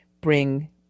bring